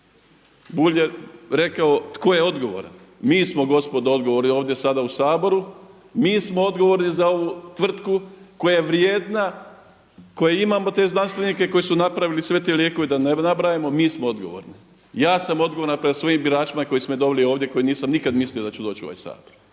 Bulj je rekao, tko je odgovoran? Mi smo gospodo odgovorni ovdje sada u Saboru, mi smo odgovorni za ovu tvrtku koja je vrijedna, koji imamo te znanstvenike koji su napravili sve te lijekove, da ne nabrajamo, mi smo odgovorni. Ja sam odgovoran prema svojim biračima koji su me doveli ovdje koji nisam nikada mislio da ću doći u ovaj Sabor.